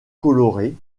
coloré